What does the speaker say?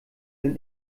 sind